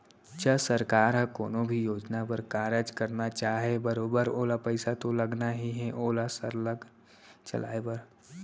च सरकार ह कोनो भी योजना बर कारज करना चाहय बरोबर ओला पइसा तो लगना ही हे ओला सरलग चलाय बर